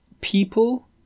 people